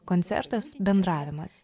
koncertas bendravimas